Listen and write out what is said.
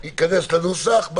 אנחנו נחדד את זה בנוסח.